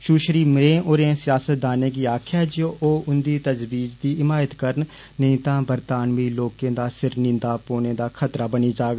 सुश्री में होरें सियासदानं गी आक्खेआ ऐ जे ओ उन्दी तजवीज़ दी हिमायत करन नेई तां बर्तानवी लोकें दा सिर नींदा पौह्नें दा खतरा बनी जाग